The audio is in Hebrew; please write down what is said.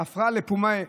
עפרא לפומיה,